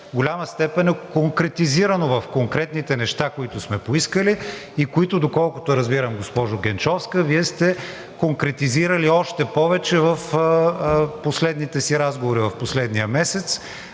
до голяма степен е конкретизирано в конкретните неща, които сме поискали и които, доколкото разбирам, госпожо Генчовска, Вие сте конкретизирали още повече в последните си разговори в последния месец